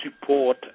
support